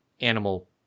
animal